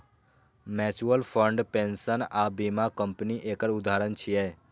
mutual fund, pension आ बीमा company एकर उदाहरण छियै